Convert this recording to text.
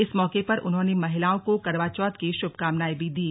इस मौके पर उन्होंने महिलाओं को करवा चौथ की शुभकामनाएं भी दीं